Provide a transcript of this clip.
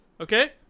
okay